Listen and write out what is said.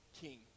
king